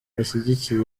bashyigikiye